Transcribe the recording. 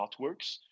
artworks